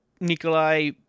Nikolai